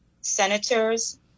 senators